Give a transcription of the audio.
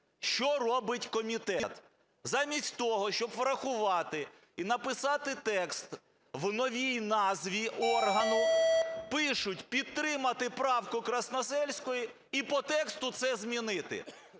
Що робить комітет? Замість того, щоб врахувати і написати текст в новій назві органу, пишуть: підтримати правку Красносільської і по тексту це змінити.